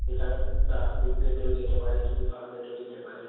এছাড়া নার্সিংয়েতেও যেতে পারেন বি ফার্মেতেও যেতে পারেন